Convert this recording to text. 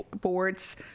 Board's